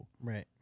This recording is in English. Right